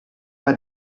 pas